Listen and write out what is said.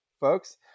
folks